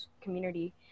community